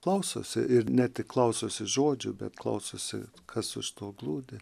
klausosi ir ne tik klausosi žodžių bet klausosi kas už to glūdi